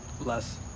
Less